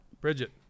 bridget